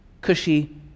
cushy